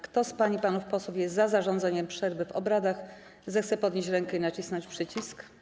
Kto z pań i panów posłów jest za zarządzeniem przerwy w obradach, zechce podnieść rękę i nacisnąć przycisk.